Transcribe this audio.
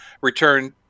return